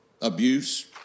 abuse